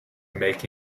make